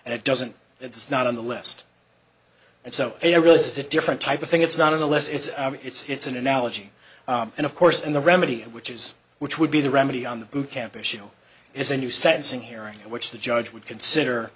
and it doesn't it's not on the list and so it really is a different type of thing it's not of the less it's it's an analogy and of course in the remedy which is which would be the remedy on the boot camp issue is a new sentencing hearing which the judge would consider